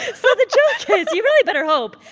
so the joke is you really better hope,